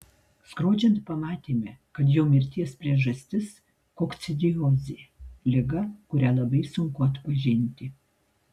skrodžiant pamatėme kad jo mirties priežastis kokcidiozė liga kurią labai sunku atpažinti